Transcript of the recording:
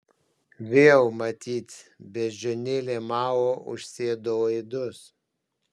vėl matyt beždžionėlė mao užsėdo laidus